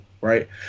right